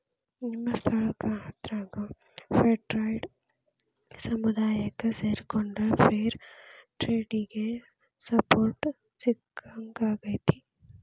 ನಿಮ್ಮ ಸ್ಥಳಕ್ಕ ಹತ್ರಾಗೋ ಫೇರ್ಟ್ರೇಡ್ ಸಮುದಾಯಕ್ಕ ಸೇರಿಕೊಂಡ್ರ ಫೇರ್ ಟ್ರೇಡಿಗೆ ಸಪೋರ್ಟ್ ಸಿಕ್ಕಂಗಾಕ್ಕೆತಿ